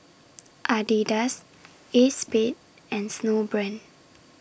Adidas ACEXSPADE and Snowbrand